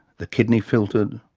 the kidney filtered,